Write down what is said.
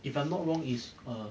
if I'm not wrong is err